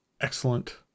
excellent